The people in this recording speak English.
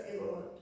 Lord